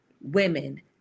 women